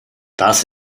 das